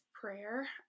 prayer